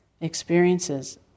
experiences